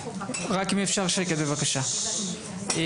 בבקשה,